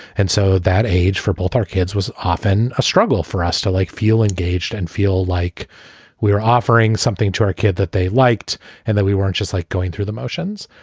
and so that age for both our kids was often a struggle for us to like feel engaged and feel like we are offering something to our kids that they liked and that we weren't just like going through the motions.